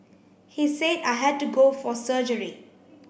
he said I had to go for surgery